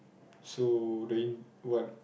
so then what